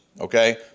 okay